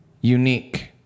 unique